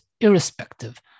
irrespective